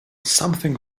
something